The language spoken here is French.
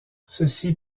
ceci